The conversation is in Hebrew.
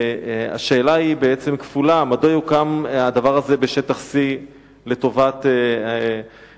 השאלה היא בעצם כפולה: מדוע יוקם הדבר הזה בשטח C לטובת האויב,